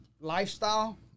lifestyle